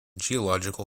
geological